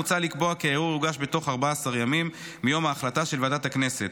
מוצע לקבוע כי הערעור יוגש בתוך 14 ימים מיום ההחלטה של ועדת הכנסת.